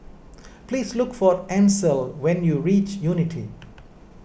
please look for Ancel when you reach Unity